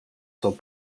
sans